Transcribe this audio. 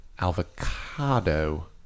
avocado